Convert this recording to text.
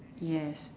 yes